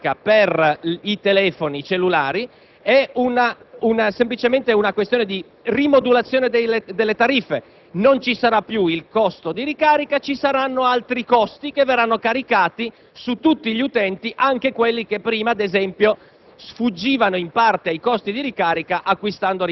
L'abolizione dei costi di ricarica per i telefoni cellulari è semplicemente una questione di rimodulazione delle tariffe. Non vi sarà più il costo di ricarica, ma ci saranno altri costi, che verranno caricati su tutti gli utenti, anche quelli che prima, ad esempio,